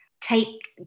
take